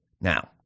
Now